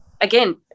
again